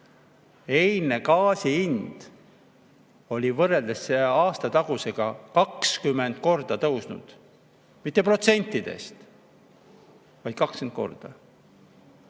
Eilne gaasi hind oli võrreldes aastatagusega 20 korda tõusnud, mitte protsentides, vaid 20 korda.